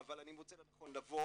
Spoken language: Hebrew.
אבל אני מוצא לנכון לבוא